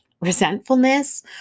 resentfulness